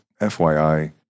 FYI